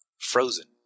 frozen